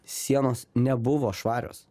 sienos nebuvo švarios